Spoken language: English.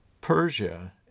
Persia